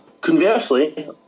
Conversely